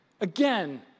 again